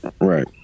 Right